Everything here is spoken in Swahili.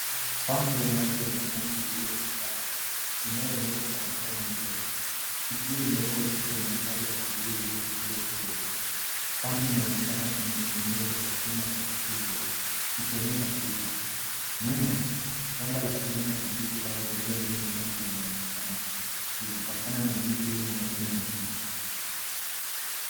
Pampu ya maji ya zamani iliyochakaa, inayoendeshwa kwa mkono mbele ikiwa imewekwa dhidi ya mandhari asili iliyofifia kidogo. Pampu inaonekana imetengenezwa kwa chuma cha kutupwa, ikionyesha kutu. Nyuma, shamba la kijani kibichi au eneo lenye nyasi linaonekana likipakana na miti yenye majani mabichi.